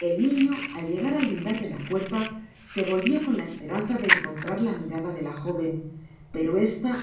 el niño al llegar al lindar de la puerta se volvió con la esperanza de encontrar la mirada de la joven pero esta